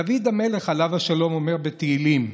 דוד המלך, עליו השלום, אומר בתהילים: